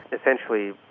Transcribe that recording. essentially